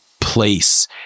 place